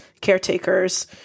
caretakers